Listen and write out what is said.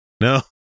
No